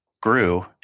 grew